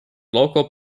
local